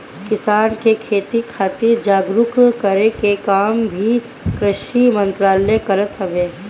किसान के खेती खातिर जागरूक करे के काम भी कृषि मंत्रालय करत हवे